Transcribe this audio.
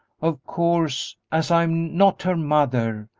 of course, as i'm not her mother,